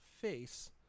face